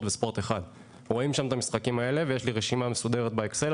וספורט 1. רואים שם את המשחקים האלה ויש לי רשימה מסודרת באקסל,